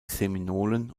seminolen